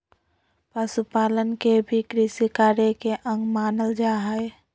पशुपालन के भी कृषिकार्य के अंग मानल जा हई